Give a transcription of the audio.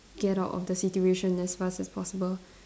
get out of the situation as fast as possible